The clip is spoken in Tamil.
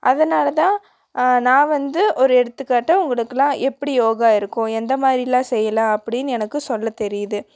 அதனால தான் நான் வந்து ஒரு எடுத்துக்காட்டாக உங்களுக்கெல்லாம் எப்படி யோகா இருக்கும் எந்த மாதிரிலாம் செய்யலாம் அப்படின்னு எனக்கு சொல்ல தெரியுது